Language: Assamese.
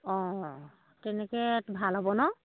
অঁ তেনেকৈ ভাল হ'ব নহ্